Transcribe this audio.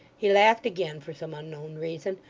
he laughed again, for some unknown reason,